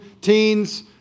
teens